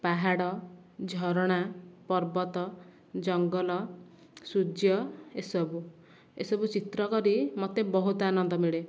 ପାହାଡ଼ ଝରଣା ପର୍ବତ ଜଙ୍ଗଲ ସୂର୍ଯ୍ୟ ଏସବୁ ଏସବୁ ଚିତ୍ର କରି ମୋତେ ବହୁତ ଆନନ୍ଦ ମିଳେ